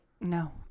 no